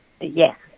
Yes